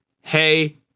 hey